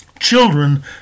Children